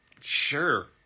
sure